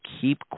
keep